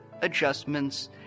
adjustments